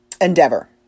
endeavor